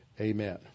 Amen